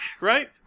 Right